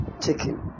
chicken